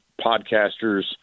podcasters